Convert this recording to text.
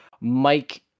Mike